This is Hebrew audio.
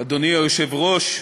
אדוני היושב-ראש,